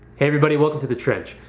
hey, everybody, welcome to the trench.